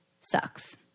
sucks